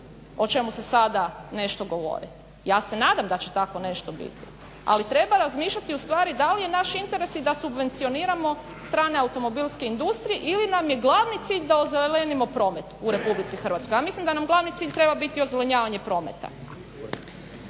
o čemu se sada nešto govori, ja se nadam da će takvo nešto biti, ali treba razmišljati ustvari da li je naš interes i da subvencioniramo strane automobilske industrije ili nam je glavni cilj da ozelenimo promet u Republici Hrvatskoj. Ja mislim da nam glavni cilj treba biti ozelenjavanje prometa.